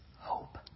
hope